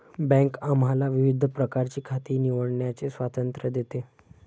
bank आम्हाला विविध प्रकारची खाती निवडण्याचे स्वातंत्र्य देते